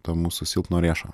to mūsų silpno riešo